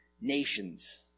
nations